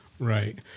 Right